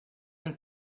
than